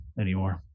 anymore